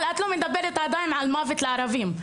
אבל לא מדברת עדיין על מוות לערבים.